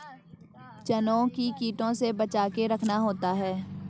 चनों को कीटों से बचाके रखना होता है